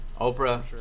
Oprah